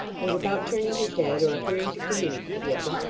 and, without turning his head or appearing to communicate with him,